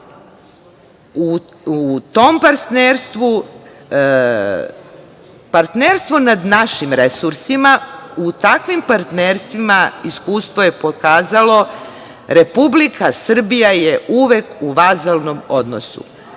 je partnerstvo, partnerstvo nad našim resursima. U takvim partnerstvima, iskustvo je pokazalo, Republika Srbija je uvek u vazalnom odnosu.